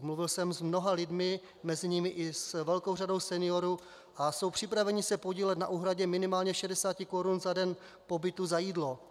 Mluvil jsem s mnoha lidmi, mezi nimi i s velkou řadou seniorů, a jsou připraveni se podílet na úhradě minimálně 60 korun za den pobytu za jídlo.